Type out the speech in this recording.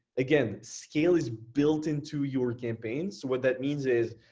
again, scale is built into your campaign. so what that means is,